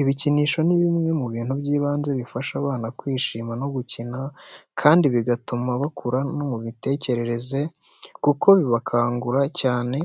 Ibikinisho ni bimwe mu bintu by'ibanze bifasha abana kwishima no gukina kandi bigatuma bakura no mu mitekerereze kuko bibakangura cyane